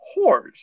whores